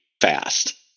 fast